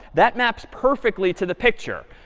that maps perfectly to the picture.